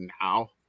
now